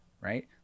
right